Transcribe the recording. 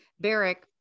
Barrick